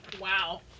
Wow